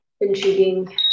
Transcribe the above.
intriguing